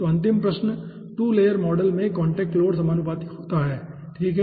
तो अंतिम प्रश्न 2 लेयर मॉडल में कांटेक्ट लोड समानुपाती होता है ठीक है